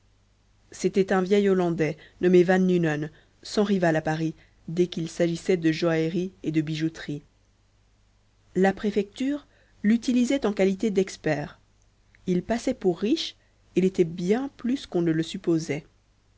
c'était un vieil hollandais nommé van nunen sans rival à paris dès qu'il s'agissait de joaillerie ou de bijouterie la préfecture l'utilisait en qualité d'expert il passait pour riche et l'était bien plus qu'on ne le supposait